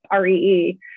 REE